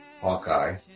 Hawkeye